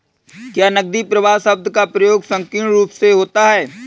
क्या नकदी प्रवाह शब्द का प्रयोग संकीर्ण रूप से होता है?